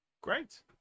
Great